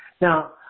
Now